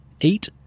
eight